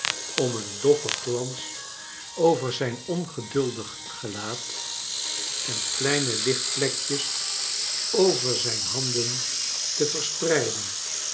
om een doffen glans over zijn ongeduldig gelaat en kleine lichtplekjes over zijn handen te verspreiden